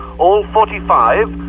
all forty five,